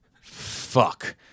Fuck